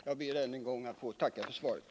Jag ber att än en gång få tacka för svaret.